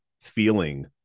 feeling